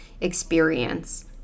experience